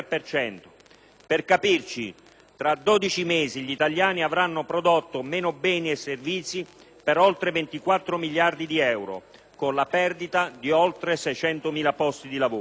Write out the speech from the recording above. Per capirci, tra dodici mesi gli italiani avranno prodotto meno beni e servizi per oltre 24 miliardi di euro, con la perdita di oltre 600.000 posti di lavoro.